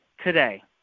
today